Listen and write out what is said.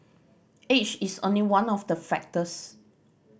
age is only one of the factors